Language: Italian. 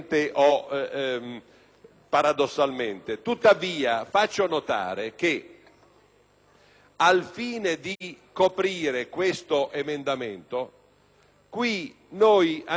al fine di coprire questo emendamento, qui andiamo a togliere, certo, cifre sostanzialmente irrilevanti; ma,